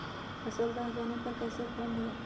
फसल दह जाने पर कैसे फॉर्म भरे?